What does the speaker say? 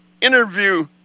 interview